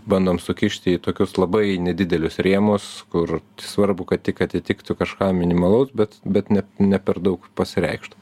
bandom sukišti į tokius labai nedidelius rėmus kur svarbu kad tik atitiktų kažką minimalaus bet bet ne ne per daug pasireikštų